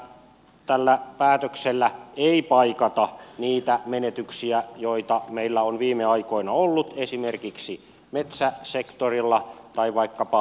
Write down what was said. onkin totta että tällä päätöksellä ei paikata niitä menetyksiä joita meillä on viime aikoina ollut esimerkiksi metsäsektorilla tai vaikkapa teknologiateollisuudessa